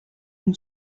une